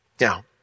Now